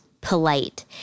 polite